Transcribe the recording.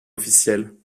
officiels